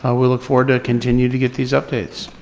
ah we'll look forward to continue to get these updates.